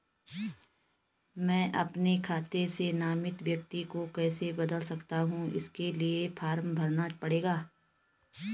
मैं अपने खाते से नामित व्यक्ति को कैसे बदल सकता हूँ इसके लिए फॉर्म भरना पड़ेगा?